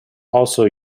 also